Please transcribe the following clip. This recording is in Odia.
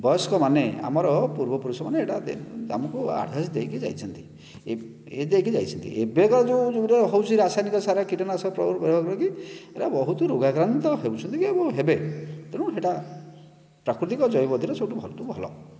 ବୟସ୍କ ମାନେ ଆମର ପୂର୍ବପୁରୁଷମାନେ ଏହିଟା ଆମକୁ ଆଡଭାଇସ୍ ଦେଇକି ଯାଇଛନ୍ତି ଇଏ ଦେଇକି ଯାଇଛନ୍ତି ଏବେ ତ ଯେଉଁ ଯେଉଁତ ହେଉଛି ରାସାୟନିକ ସାର କୀଟନାଶକ ପ୍ରୟୋଗ କରାଯାଇକି ଏହିଟା ବହୁତ ରୋଗାକ୍ରାନ୍ତ ହେଉଛନ୍ତି ଏବଂ ହେବେ ତେଣୁ ସେହିଟା ପ୍ରାକୃତିକ ଜୈବ ପଦ୍ଧତିର ସବୁଠୁ ଭଲ